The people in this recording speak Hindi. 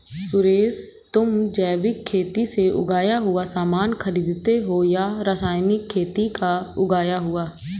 सुरेश, तुम जैविक खेती से उगाया हुआ सामान खरीदते हो या रासायनिक खेती का उगाया हुआ?